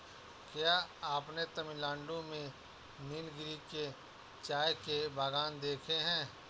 क्या आपने तमिलनाडु में नीलगिरी के चाय के बागान देखे हैं?